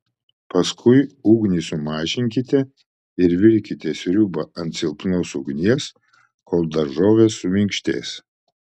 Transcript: paskui ugnį sumažinkite ir virkite sriubą ant silpnos ugnies kol daržovės suminkštės